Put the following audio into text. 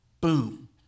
Boom